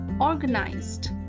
organized